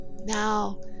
now